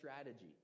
strategy